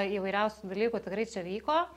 įvairiausių dalykų tikrai čia vyko